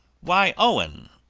why, owen,